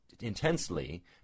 intensely